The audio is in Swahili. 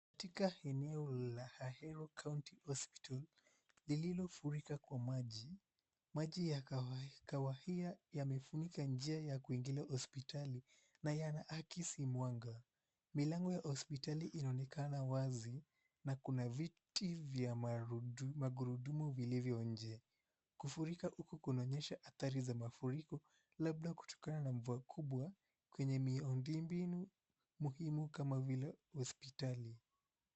Katika eneo la Ahero County Hospital lililofurika kwa maji. Maji ya kahawia yamefunika njia ya kuingilia hospitali na yana akisi mwanga. Milango ya hospitali inaonekana wazi na kuna viti vya magurudumu vilivyo nje. Kufurika huku kunaonyesha athari za mafuriko labda kutokana na mvua kubwa kwenye miundombinu muhimu kama vile hospitali.